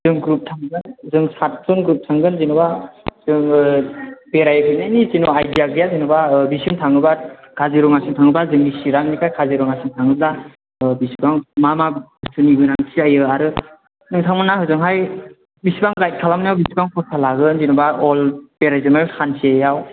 जों ग्रुप थांगोन जों सातजन ग्रुप थांगोन जेनेबा जोङो बेरायहैनायनि जोंनाव आइडिया गैया जेन'बा बेसिम थाङोबा काजिरङासिम थाङोब्ला जोंनि चिरांनिफ्राइ काजिरङासिम थाङोब्ला बेसिबां मा मा बस्थुनि गोनांथि जायो आरो नोंथांमोनहा होजोंहाय बेसिबां गाइड खालामनायाव बेसेबां खरसा लागोन जेन'बा अल बेरायजोबनो सानसेआव